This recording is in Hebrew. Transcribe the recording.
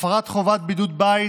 הפרת חובת בידוד בית,